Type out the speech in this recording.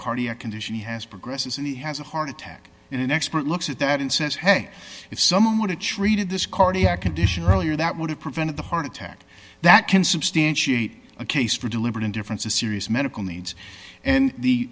cardiac condition he has progressed and he has a heart attack and an expert looks at that and says hey if someone were to treat in this cardiac condition earlier that would have prevented the heart attack that can substantiate a case for deliberate indifference a serious medical needs and the